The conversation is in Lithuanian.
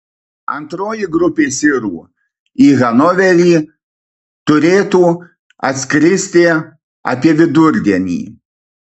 antroji grupė sirų į hanoverį turėtų atskristi apie vidurdienį